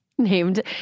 Named